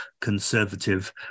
conservative